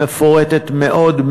היא מפורטת מאוד,